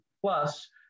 plus